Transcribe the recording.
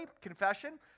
confession